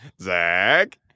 Zach